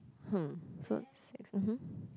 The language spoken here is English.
hm so six mhm